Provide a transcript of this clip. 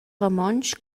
romontsch